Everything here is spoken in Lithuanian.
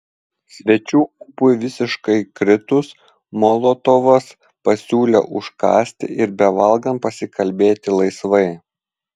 svečių ūpui visiškai kritus molotovas pasiūlė užkąsti ir bevalgant pasikalbėti laisvai